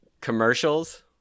Commercials